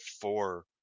four